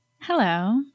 Hello